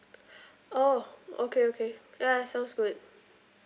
oh okay okay ya sounds good